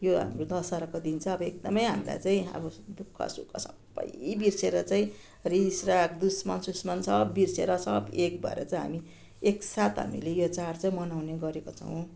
यो हाम्रो दसहराको दिन चाहिँ एकदमै हामीलाई चाहिँ अब दुःखसुख सबै बिर्सिएर चाहिँ रिसराग दुस्मनसुस्मन सब बिर्सिएर सब एक भएर चाहिँ हामी एकसाथ हामीले यो चाड चाहिँ मनाउने गरेको छौँ